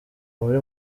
muri